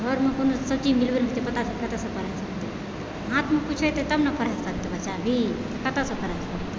घरमे कोनो सति मिलबै नहि पता कतऽसँ पढ़ा हाथमे किछु एतै तब ने पढ़ा सकबै कतऽसँ पढ़ा सकबै